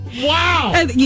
Wow